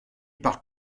par